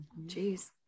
Jeez